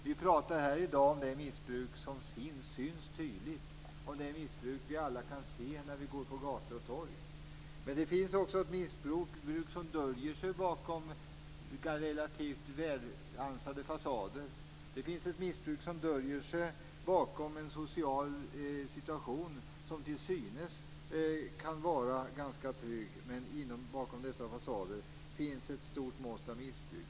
Vi pratar här i dag om det missbruk som syns tydligt, om det missbruk vi alla kan se när vi går på gator och torg. Men det finns också ett missbruk som döljer sig bakom relativt välansade fasader. Det finns ett missbruk som döljer sig bakom en social situation som kan verka ganska trygg. Bakom dessa fasader finns ett stort missbruk.